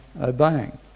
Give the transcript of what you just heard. obeying